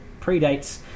predates